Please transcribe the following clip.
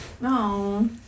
No